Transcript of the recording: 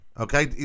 Okay